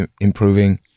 improving